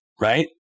right